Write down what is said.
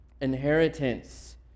inheritance